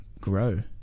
grow